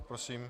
Prosím.